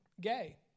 gay